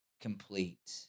complete